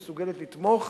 שמסוגלת לתמוך,